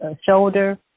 shoulder